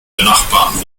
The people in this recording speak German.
benachbarten